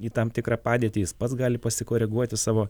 į tam tikrą padėtį jis pats gali pasikoreguoti savo